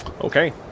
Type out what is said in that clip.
Okay